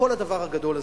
כל הדבר הגדול הזה,